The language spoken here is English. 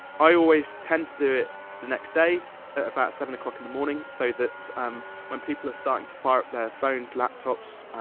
i always tend to do it the next day, at about seven o'clock in the morning, so that um when people are starting to fire up their phones, laptops,